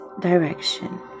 direction